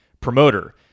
promoter